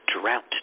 drought